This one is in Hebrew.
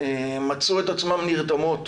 ומצאו את עצמן נרתמות